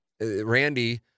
Randy